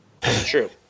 True